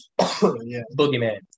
Boogeyman